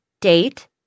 date